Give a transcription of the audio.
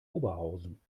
oberhausen